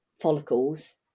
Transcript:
follicles